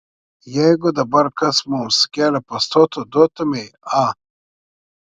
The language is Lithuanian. jeigu dabar kas mums kelią pastotų duotumei a